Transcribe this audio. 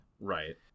Right